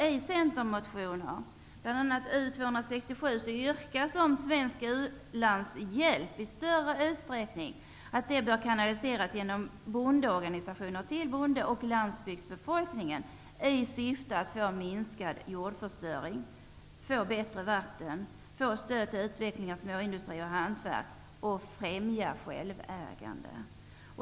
I centermotionen U267 yrkas att svensk u-landshjälp i större utsträckning bör kanaliseras genom bondeorganisationer till bonde och landsbygdsbefolkningen, i syfte att få en minskning av jordförstöringen, få rent vatten, få stöd för utveckling av småindustri och hantverk samt att främja självägande.